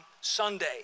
Sunday